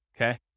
Okay